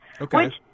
Okay